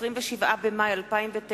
27 במאי 2009,